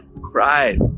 cried